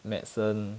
medicine